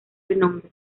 renombre